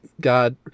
God